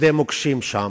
שדה מוקשים שם?